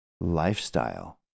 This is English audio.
lifestyle